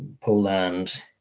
poland